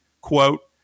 Quote